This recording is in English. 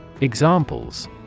Examples